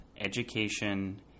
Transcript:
education